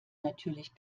natürlich